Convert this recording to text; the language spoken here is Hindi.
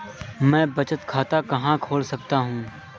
मैं बचत खाता कहाँ खोल सकता हूँ?